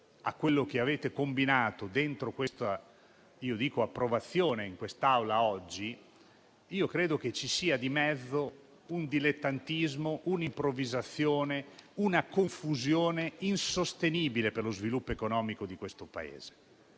a quello che avete combinato dentro questa approvazione in quest'Aula oggi, credo che ci siano di mezzo un dilettantismo, un'improvvisazione e una confusione insostenibili per lo sviluppo economico di questo Paese.